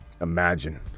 imagine